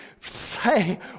say